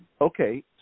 Okay